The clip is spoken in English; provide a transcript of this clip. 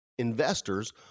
investors